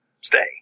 Stay